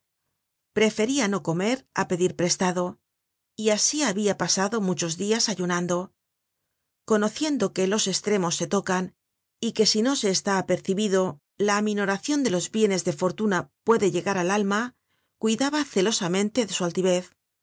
preferia no comer á pedir prestado y asi habia pasado muchos dias ayunando conociendo que los estremos se tocan y que si no se está apercibido la aminoracion de los bienes de fortuna puede llegar al alma cuidaba celosamente de su altivez